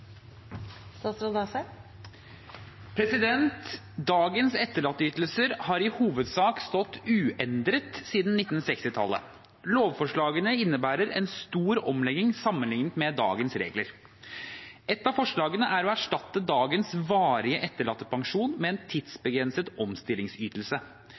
Dagens etterlatteytelser har i hovedsak stått uendret siden 1960-tallet. Lovforslagene innebærer en stor omlegging sammenliknet med dagens regler. Et av forslagene er å erstatte dagens varige etterlattepensjon med en